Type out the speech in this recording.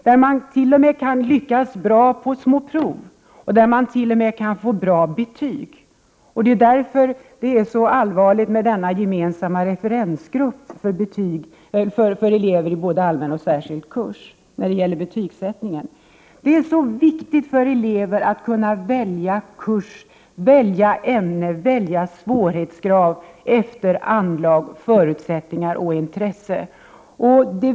Man kan t.o.m. lyckas bra på små prov och få bra betyg. Det är därför det är så allvarligt med denna gemensamma referensgrupp för betygsättning av elever i både allmän och särskild kurs. Det är viktigt för elever att kunna välja kurs, ämne och svårighetsgrad efter anlag, förutsättningar och intresse.